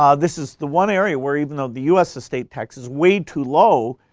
um this is the one area where even though the us estate tax is way too low,